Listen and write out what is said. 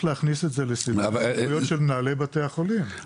להכניס את זה לסדר העדיפויות של מנהלי בתי החולים.